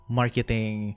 marketing